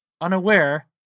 Unaware